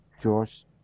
george